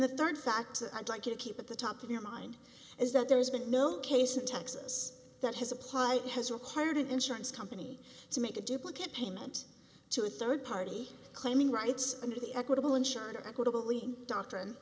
the third factor i'd like to keep at the top of your mind is that there has been no case in texas that has applied has required an insurance company to make a duplicate payment to a third party claiming rights under the equitable insured equitable ie doctrine